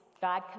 god